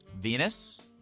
venus